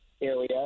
area